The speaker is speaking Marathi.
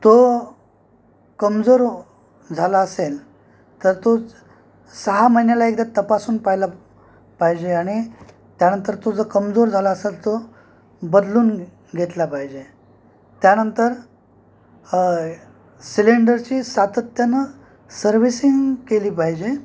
तो कमजोर झाला असेल तर तो सहा महिन्याला एकदा तपासून पाहिला पाहिजे आणि त्यानंतर तो जो कमजोर झाला असेल तो बदलून घेतला पाहिजे त्यानंतर सिलेंडरची सातत्यानं सर्व्हिसिंग केली पाहिजे